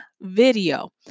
video